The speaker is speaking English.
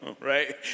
right